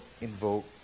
invoke